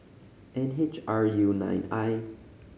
N H R U nine I